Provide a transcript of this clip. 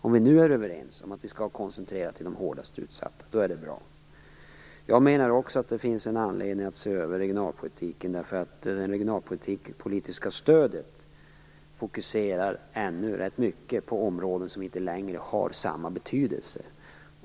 Om vi nu är överens om att det skall ske en koncentration till de mest utsatta regionerna är det bra. Jag anser också att det finna anledning att se över regionalpolitiken. Det regionalpolitiska stödet fokuserar ännu rätt mycket på områden som inte längre har samma betydelse.